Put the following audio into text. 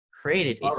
created